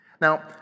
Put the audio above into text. Now